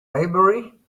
maybury